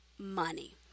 Money